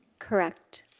correct.